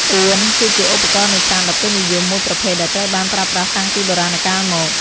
អួន គឺជាឧបករណ៍នេសាទដ៏ពេញនិយមមួយប្រភេទដែលត្រូវបានប្រើប្រាស់តាំងពីបុរាណកាលមក។